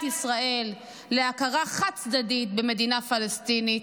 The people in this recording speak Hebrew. ישראל להכרה חד-צדדית במדינה פלסטינית,